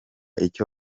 icyo